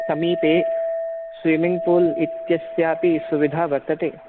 समीपे स्विमिङ्ग्पूल् इत्यस्यापि सुविधा वर्तते